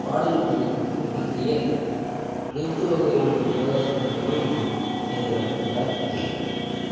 பாடம் சொல்லிக்குடுக்கும் ஆசிரியர் அனைத்து வகையான யோகாசனங்களையும் செய்து காட்டியுள்ளார்